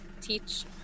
teach